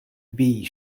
bee